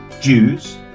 Jews